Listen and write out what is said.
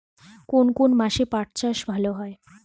কোন কোন মাসে পাট চাষ ভালো হয়?